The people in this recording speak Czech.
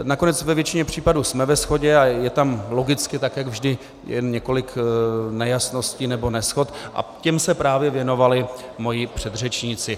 Nakonec ve většině případů jsme ve shodě a je tam logicky, tak jak vždy, několik nejasností nebo neshod a těm se právě věnovali moji předřečníci.